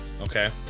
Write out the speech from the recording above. okay